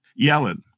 Yellen